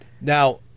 Now